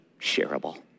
shareable